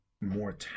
more